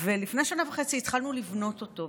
ולפני שנה וחצי התחלנו לבנות אותו.